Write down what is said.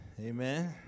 Amen